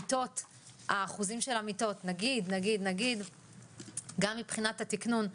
האחוזים של המיטות - נגיד, גם מבחינת התקנון.